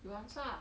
you answer ah